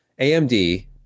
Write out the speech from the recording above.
AMD